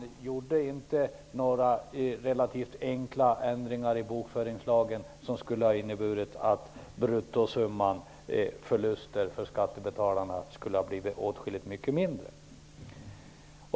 Regeringen vidtog inga relativt enkla ändringar i bokföringslagen, vilket skulle ha inneburit att bruttosumman av förlusterna för skattebetalarna hade blivit åtskilligt mindre.